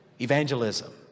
evangelism